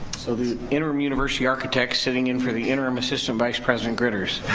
so, the interim university architect sitting in for the interim assistant vice president gritters.